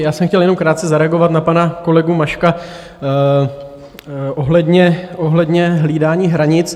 Já jsem chtěl jenom krátce zareagovat na pana kolegu Maška ohledně hlídání hranic.